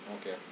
Okay